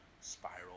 spiral